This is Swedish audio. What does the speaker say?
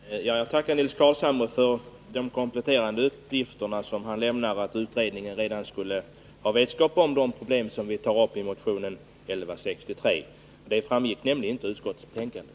Herr talman! Jag tackar Nils Carlshamre för den kompletterande uppgiften att utredningen redan har vetskap om de problem som togs upp i motionen 1163. Detta framgick nämligen inte av utskottsbetänkandet.